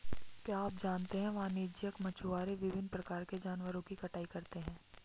क्या आप जानते है वाणिज्यिक मछुआरे विभिन्न प्रकार के जानवरों की कटाई करते हैं?